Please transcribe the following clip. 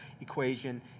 equation